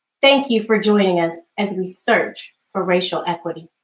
thank you for joining us as we search for racial equity.